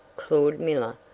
claud miller,